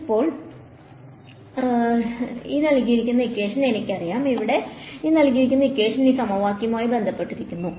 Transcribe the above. ഇപ്പോൾ എനിക്കറിയാം ഇവിടെ ഈ സമവാക്യവുമായി ബന്ധപ്പെട്ടിരിക്കുന്നു